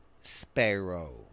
Sparrow